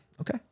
okay